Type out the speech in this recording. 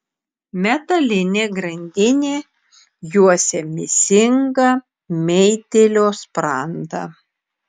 metalinė grandinė juosia mėsingą meitėlio sprandą